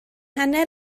hanner